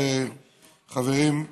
חברים,